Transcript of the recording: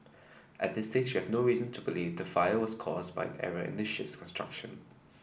at this stage we have no reason to believe the fire was caused by an error in the ship's construction